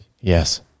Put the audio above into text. Yes